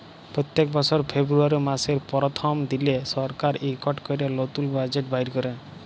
প্যত্তেক বছর ফেরবুয়ারি ম্যাসের পরথম দিলে সরকার ইকট ক্যরে লতুল বাজেট বাইর ক্যরে